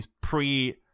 pre